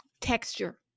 texture